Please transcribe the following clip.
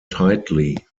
tightly